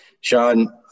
Sean